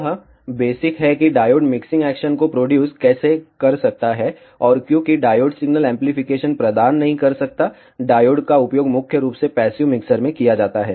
यह बेसिक है कि डायोड मिक्सिंग एक्शन को प्रोड्युस कैसे कर सकता है और क्योंकि डायोड सिग्नल एम्पलीफिकेशन प्रदान नहीं कर सकता है डायोड का उपयोग मुख्य रूप से पैसिव मिक्सर में किया जाता है